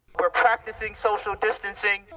we're practicing social distancing.